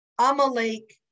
Amalek